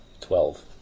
Twelve